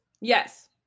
Yes